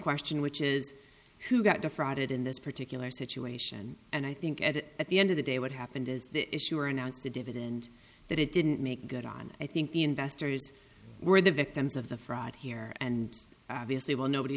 question which is who got defrauded in this particular situation and i think at the at the end of the day what happened is the issuer announced a dividend that it didn't make good on i think the investors were the victims of the fraud here and obviously while nobody